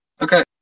Okay